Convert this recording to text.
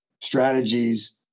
strategies